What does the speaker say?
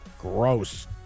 Gross